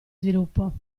sviluppo